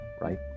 right